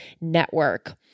network